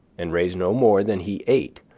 and raise no more than he ate,